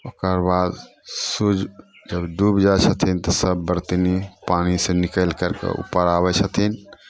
ओकर बाद सूर्य जब डुबि जाइ छथिन तऽ सब व्रतनी पानीसे निकलि करिके उपर आबै छथिन